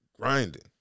grinding